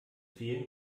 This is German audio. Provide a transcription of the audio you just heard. fehlen